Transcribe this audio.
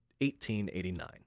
1889